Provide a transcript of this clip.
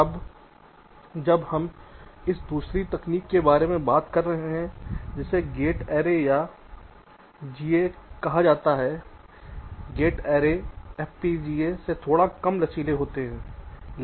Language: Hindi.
अब जब आप इस दूसरी तकनीक के बारे में बात कर रहे हैं जिसे गेट ऐरे या GA कहा जाता है गेट ऐरे एफपीजीए से थोड़ा कम लचीला होगा तो